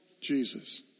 Jesus